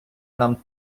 нам